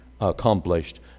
accomplished